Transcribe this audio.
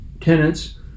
tenants